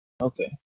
Okay